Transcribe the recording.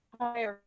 Hi